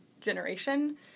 generation